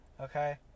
Okay